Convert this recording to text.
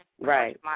right